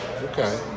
Okay